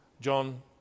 John